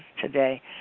today